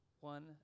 one